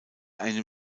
einem